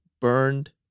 burned